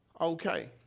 okay